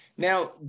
Now